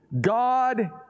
God